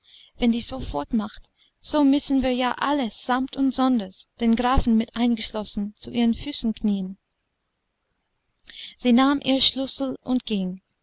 wenn die so fortmacht so müssen wir ja alle samt und sonders den grafen mit eingeschlossen zu ihren füßen knien sie nahm ihre schlüssel und ging